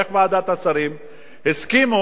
איך ועדת השרים הסכימו,